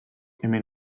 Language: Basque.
hemen